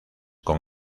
con